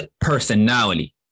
personality